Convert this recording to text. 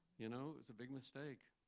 you know? it was a big mistake.